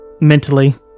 mentally